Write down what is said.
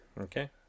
Okay